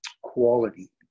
quality